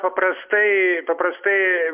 paprastai paprastai